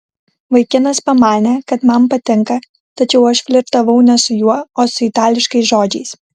vaikinas pamanė kad man patinka tačiau aš flirtavau ne su juo o su itališkais žodžiais